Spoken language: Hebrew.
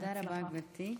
תודה רבה, גברתי.